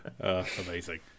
Amazing